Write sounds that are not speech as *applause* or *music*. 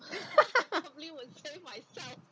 *laughs*